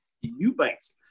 Eubanks